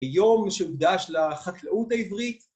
ביום שהוקדש לחקלאות העברית